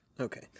okay